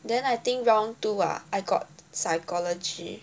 then I think round two ah I got psychology